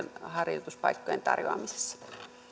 harjoituspaikkojen tarjoamisessa